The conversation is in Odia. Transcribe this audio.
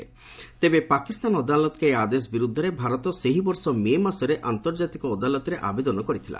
ଷତବେ ପାକିସ୍ତାନ ଅଦାଲତଙ୍କ ଏହି ଆଦେଶ ବିରୁଦ୍ଧରେ ଭାରତ ସେହିବର୍ଷ ମେ' ମାସରେ ଆର୍ନ୍ତକାତିକ ଅଦାଲତରେ ଆବେଦନ କରିଥିଲେ